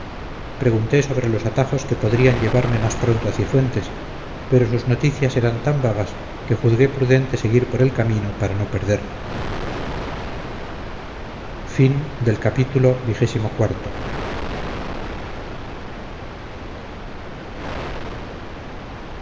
pregunté sobre los atajos que podrían llevarme más pronto a cifuentes pero sus noticias eran tan vagas que juzgué prudente seguir por el camino para no perderme